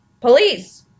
police